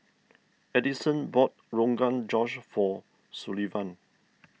Addyson bought Rogan Josh for Sullivan